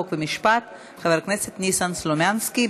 חוק ומשפט חבר הכנסת ניסן סלומינסקי.